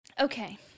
Okay